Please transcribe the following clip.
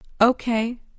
Okay